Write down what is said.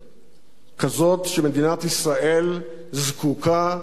כזאת שמדינת ישראל זקוקה וראויה לה.